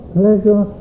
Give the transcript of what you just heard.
pleasure